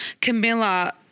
Camilla